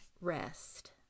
rest